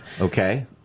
okay